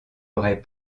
auraient